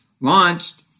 launched